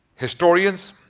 historians,